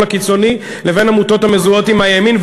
הקיצוני לבין עמותות המזוהות עם הימין,